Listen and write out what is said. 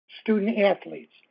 student-athletes